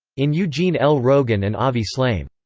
in eugene l. rogan and avi shlaim.